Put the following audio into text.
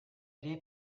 ere